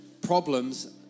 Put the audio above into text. problems